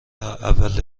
اول